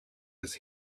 his